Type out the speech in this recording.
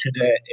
today